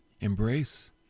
embrace